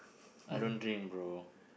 I don't drink bro